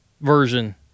version